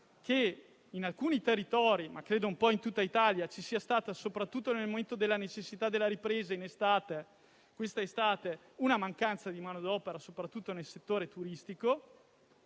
che in alcuni territori - come credo un po' in tutta Italia - ci sia stata, soprattutto nel momento della necessità della ripresa, in estate, mancanza di manodopera soprattutto nel settore turistico.